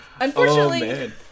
Unfortunately